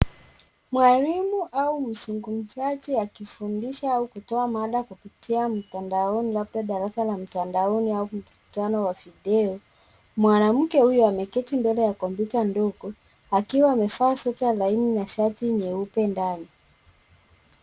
Mwalimu au mzunumzaji akifundisha au kutoa mada kupitia mtandaoni labda darasa la mtandaoni au mkutano wa video. Mwanamke huyo ameketi mbele ya kompyuta ndogo akiwa amevaa sweta laini na shati nyeupe ndani.